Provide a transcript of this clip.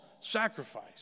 sacrifice